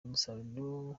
umusaruro